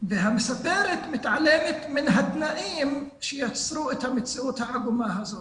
והמספרת מתעלמת מן התנאים שיצרו את המציאות העגומה הזאת.